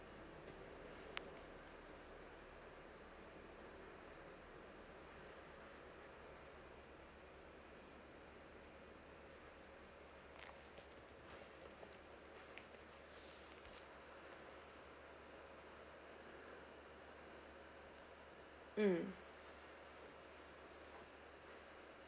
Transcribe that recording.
mm